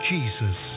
Jesus